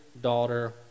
daughter